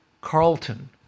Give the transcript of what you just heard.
Carlton